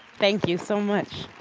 thank you so much.